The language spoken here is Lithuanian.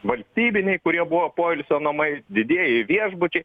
valstybiniai kurie buvo poilsio namai didieji viešbučiai